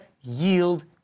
yield